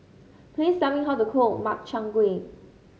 please tell me how to cook Makchang Gui